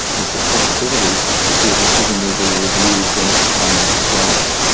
is the possibility that your decision will be reviewed when it's finally disclosed.